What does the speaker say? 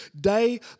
day